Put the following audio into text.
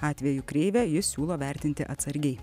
atvejų kreivę jis siūlo vertinti atsargiai